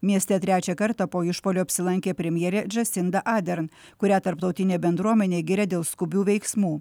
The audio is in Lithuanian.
mieste trečią kartą po išpuolio apsilankė premjerė džesinda adern kurią tarptautinė bendruomenė giria dėl skubių veiksmų